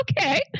okay